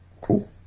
cool